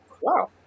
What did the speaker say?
Wow